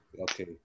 Okay